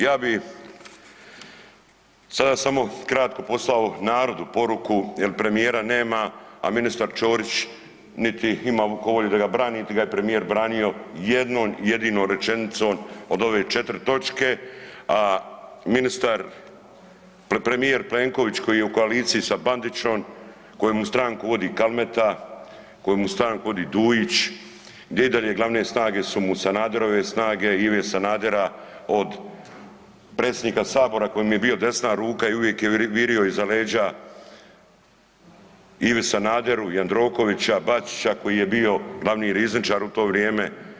Ja bih sada samo kratko poslao narodu poruku, jer premijera nema, a ministar Ćorić niti ima tko volju da ga brani, niti ga je premijer branio jednom jedinom rečenicom od ove četiri točke, a ministar, a premijer Plenković koji je u koaliciji sa Bandićem kojemu stranku vodi Kalmeta, kojemu stranku vodi Dujić gdje i dalje glavne snage su mu Sanaderove snage, Ive Sanadera od predsjednika Sabora koji mu je bio desna ruka i uvijek je virio iza leđa Ive Sanadera, Jandrokovića, Bačića koji je bio glavni rizničar u to vrijeme.